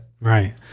Right